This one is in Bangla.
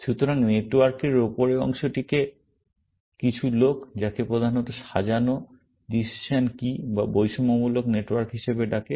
সুতরাং নেটওয়ার্কের উপরের অংশটিকে কিছু লোক যাকে প্রধানত সাজানো ডিসিশন কী বা বৈষম্যমূলক নেটওয়ার্ক হিসাবে ডাকে